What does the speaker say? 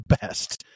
best